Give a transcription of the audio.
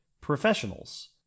professionals